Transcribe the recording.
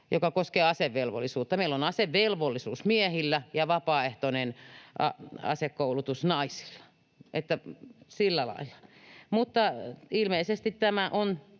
koskien asevelvollisuutta. Meillä on asevelvollisuus miehillä ja vapaaehtoinen asekoulutus naisilla. Että sillä